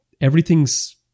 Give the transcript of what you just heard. everything's